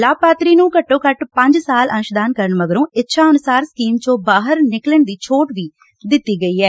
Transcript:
ਲਾਭਪਾਤਰੀ ਨੂੰ ਘੱਟੋ ਘੱਟ ਪੰਜ ਸਾਲ ਅੰਸਦਾਨ ਕਰਨ ਮਗਰੋਂ ਇੱਛਾ ਅਨੁਸਾਰ ਸਕੀਮ ਚੋਂ ਬਾਹਰ ਨਿਕਲਣ ਦੀ ਛੋਟ ਵੀ ਦਿੱਤੀ ਗਈ ਐ